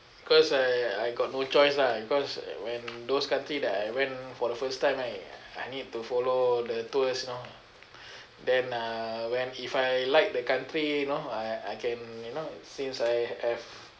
cause I I got no choice lah cause when those country that I went for the first time right I need to follow the tours you know then uh when if I like the country you know I I can you know since I have